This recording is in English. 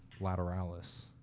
Lateralis